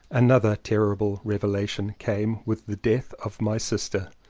another terrible revelation came with the death of my sister.